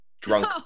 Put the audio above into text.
drunk